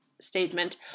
statement